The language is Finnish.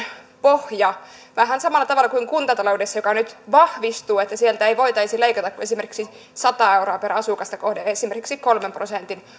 pohja vähän samalla tavalla kuin kuntataloudessa joka nyt vahvistuu että sieltä ei voitaisi leikata kuin esimerkiksi sata euroa per asukas esimerkiksi kolmen prosentin